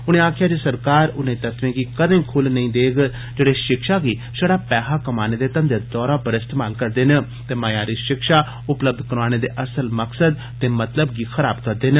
उनें आक्खेआ सरकार उनें तत्वें गी कदें खुल्ल नेई देग जेड़े शिक्षा गी शड़ा पैहा कमाने दे धंघे दे तौरा पर इस्तमाल करदे न ते मयारी शिक्षा उपलब्य कराने दे अस्सल मकसद ते मतलब गी खराब करदे न